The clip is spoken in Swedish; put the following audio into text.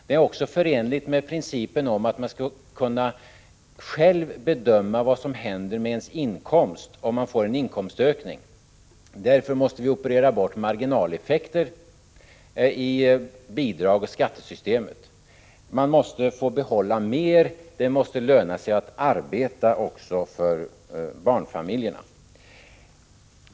Det är också förenligt med principen att man själv skall kunna bedöma vad som händer med ens inkomst om man får en inkomstökning. Därför måste vi operera bort marginaleffekter i bidragsoch skattesystemet. Man måste få behålla mer, det måste löna sig att arbeta också för barnfamiljerna.